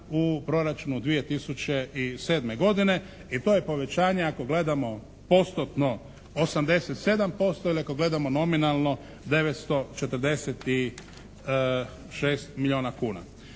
u proračunu 2007. godine i to je povećanje ako gledamo postotno 87% ili ako gledamo nominalno 946 milijuna kuna.